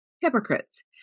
Hypocrites